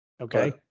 Okay